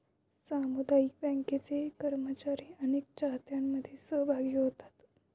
सामुदायिक बँकांचे कर्मचारी अनेक चाहत्यांमध्ये सहभागी होतात